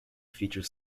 features